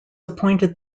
appointed